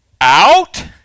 out